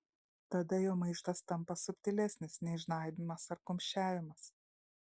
tada jo maištas tampa subtilesnis nei žnaibymas ar kumščiavimas